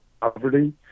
poverty